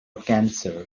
cancer